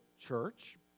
church